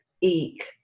Eek